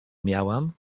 miałam